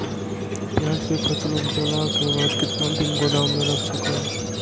प्याज के फसल उपजला के बाद कितना दिन गोदाम में रख सको हय?